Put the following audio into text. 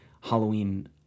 Halloween